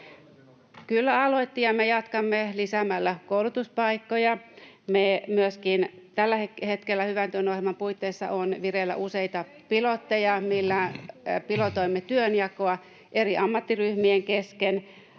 Kyllä aloitti, ja me jatkamme lisäämällä koulutuspaikkoja. — Myöskin tällä hetkellä Hyvän työn ohjelman puitteissa on vireillä useita pilotteja, [Anne Kalmarin välihuuto] millä pilotoimme työnjakoa eri ammattiryhmien kesken.